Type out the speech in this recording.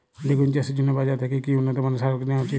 বেগুন চাষের জন্য বাজার থেকে কি উন্নত মানের সার কিনা উচিৎ?